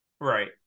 Right